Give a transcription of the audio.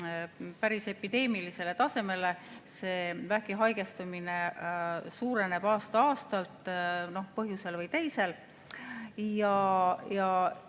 päris epideemilisele tasemele, vähki haigestumine suureneb aasta-aastalt põhjusel või teisel.